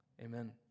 Amen